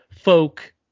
folk